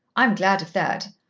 i'm glad of that.